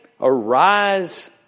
arise